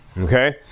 okay